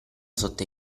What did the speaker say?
sotto